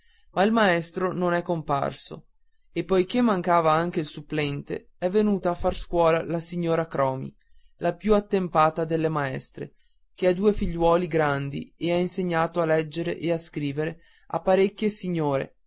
ma il maestro non è comparso e poiché mancava anche il supplente è venuta a far scuola la signora cromi la più attempata delle maestre che ha due figliuoli grandi e ha insegnato a leggere e a scrivere a parecchie signore